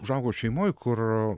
užaugau šeimoj kur